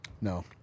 No